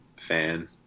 fan